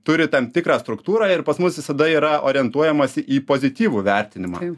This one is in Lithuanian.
turi tam tikrą struktūrą ir pas mus visada yra orientuojamasi į pozityvų vertinimą